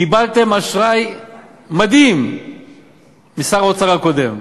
קיבלתם אשראי מדהים משר האוצר הקודם.